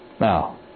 Now